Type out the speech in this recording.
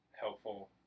helpful